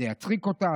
זה יצחיק אותה,